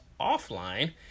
offline